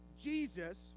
Jesus